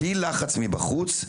בלי לחץ מבחוץ,